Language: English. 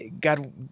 God